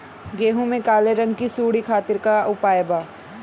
गेहूँ में काले रंग की सूड़ी खातिर का उपाय बा?